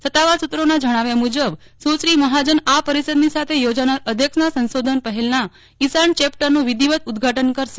સત્તાવાર સુત્રોના જણાવ્યા મુજબ સુશ્રી મહાજન આ પરિષદની સાથે યોજાનાર અધ્યક્ષના સંશોધન પહેલાના ઈશાન ચેપ્ટરનું વિધિવત ઉદઘાટન કરશે